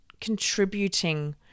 contributing